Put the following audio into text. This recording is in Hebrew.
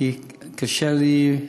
כי קשה לי,